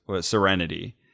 serenity